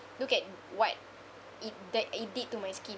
look at what it th~ it did to my skin